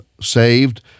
saved